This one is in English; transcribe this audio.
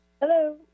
Hello